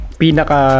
pinaka